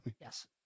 Yes